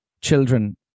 children